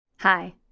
Hi